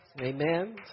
Amen